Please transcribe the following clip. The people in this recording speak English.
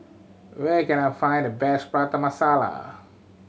where can I find the best Prata Masala